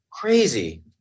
Crazy